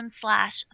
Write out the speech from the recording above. slash